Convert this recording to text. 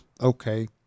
okay